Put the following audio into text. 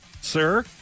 sir